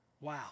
Wow